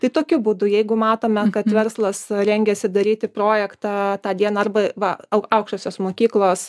tai tokiu būdu jeigu matome kad verslas a rengiasi daryti projektą tą dieną arba va au aukštosios mokyklos